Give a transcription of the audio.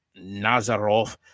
Nazarov